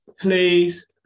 Please